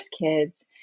kids